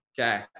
Okay